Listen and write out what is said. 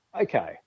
okay